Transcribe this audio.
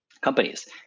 companies